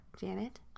Janet